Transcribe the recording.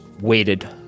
waited